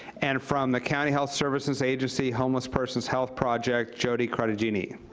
and from the county health services agency homeless persons health project, joey cartegenie.